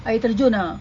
air terjun ah